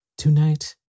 Tonight